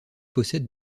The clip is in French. possède